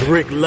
Rick